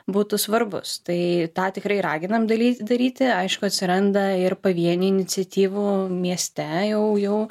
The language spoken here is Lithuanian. būtų svarbus tai tą tikrai raginam daly daryti aišku atsiranda ir pavienių iniciatyvų mieste jau jau